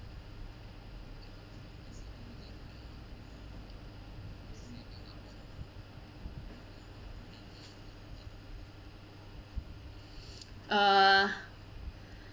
uh